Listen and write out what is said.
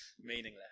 meaningless